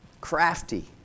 Crafty